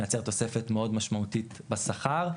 מייצר תוספת מאוד משמעותית בשכר,